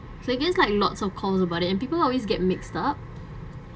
so it gets like lots of calls about it and people always get mixed up